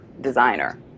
designer